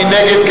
מי נגד?